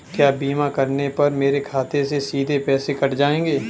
क्या बीमा करने पर मेरे खाते से सीधे पैसे कट जाएंगे?